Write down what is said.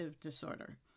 disorder